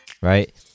right